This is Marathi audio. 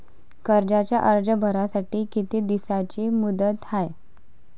कर्जाचा अर्ज भरासाठी किती दिसाची मुदत हाय?